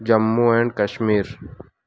Jammu and Kashmir